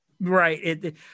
Right